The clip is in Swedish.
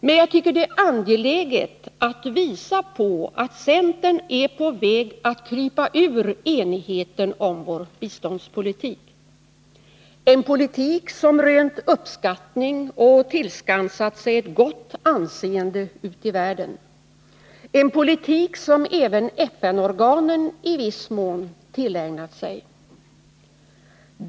Men jag tycker det är angeläget att påvisa att centern är på väg att krypa ur enigheten om vår biståndspolitik, en politik som rönt uppskattning och tillskansat sig ett gott anseende ute i världen, en politik som även FN-organen i viss mån tillägnat sig.